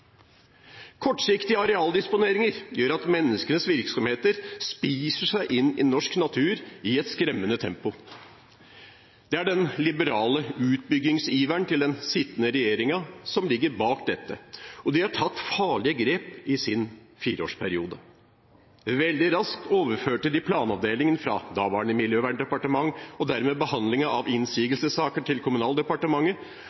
Kortsiktige arealdisponeringer gjør at menneskenes virksomhet spiser seg inn i norsk natur i et skremmende tempo. Det er den liberale utbyggingsiveren til den sittende regjeringen som ligger bak dette. De har tatt farlige grep i sin fireårsperiode. Veldig raskt overførte de planavdelingen fra daværende Miljøverndepartementet, og dermed behandlingen av